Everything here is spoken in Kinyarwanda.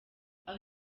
aho